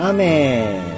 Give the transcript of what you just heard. Amen